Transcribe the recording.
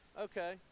okay